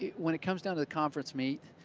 when it comes down to the conference meet,